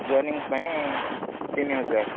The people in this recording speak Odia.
ଜଏନିଂ ପାଇଁ ତିନି ହଜାର